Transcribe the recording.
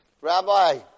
Rabbi